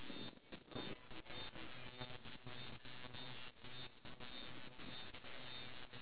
ya wake up at eight and then we get ready at like macam eight thirty and then go down to have breakfast until like